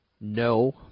No